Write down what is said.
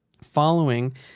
following